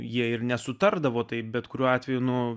jie ir nesutardavo tai bet kuriuo atveju nuo